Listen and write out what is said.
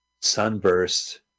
Sunburst